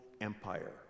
empire